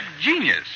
genius